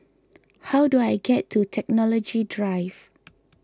how do I get to Technology Drive